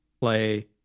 play